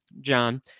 John